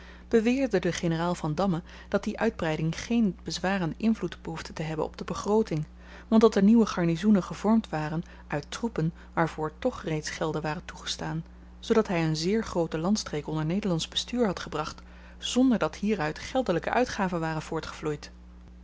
beweerde de generaal vandamme dat die uitbreiding geen bezwarenden invloed behoefde te hebben op de begrooting want dat de nieuwe garnizoenen gevormd waren uit troepen waarvoor toch reeds gelden waren toegestaan zoodat hy een zeer groote landstreek onder nederlandsch bestuur had gebracht zonder dat hieruit geldelijke uitgaven waren voortgevloeid